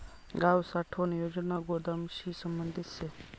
गाव साठवण योजना गोदामशी संबंधित शे